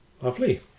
Lovely